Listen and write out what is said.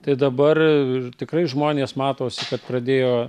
tai dabar ir tikrai žmonės matosi kad pradėjo